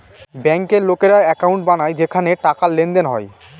ব্যাঙ্কের লোকেরা একাউন্ট বানায় যেখানে টাকার লেনদেন হয়